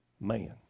man